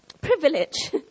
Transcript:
privilege